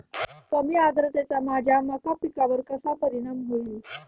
कमी आर्द्रतेचा माझ्या मका पिकावर कसा परिणाम होईल?